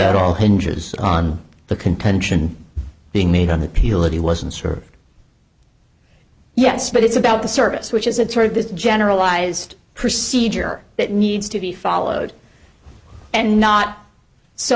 at all hinges on the contention being made on the people that he wasn't sure yes but it's about the service which is a turd this generalized proceed here that needs to be followed and not so